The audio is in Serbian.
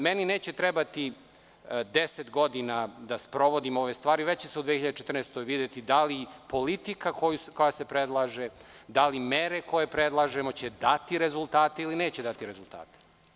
Meni neće trebati 10 godina da sprovodim ove stvari, već se u 2014. godini videti da li politika koja se predlaže, da li mere koje predlažemo će dati rezultate ili neće dati rezultate?